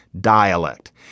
dialect